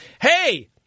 Hey